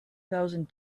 thousand